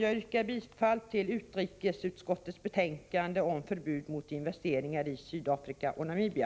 Jag yrkar bifall till utrikesutskottets hemställan i betänkandet om förbud mot investeringar i Sydafrika och Namibia.